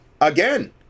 again